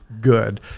good